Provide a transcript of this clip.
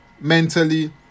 mentally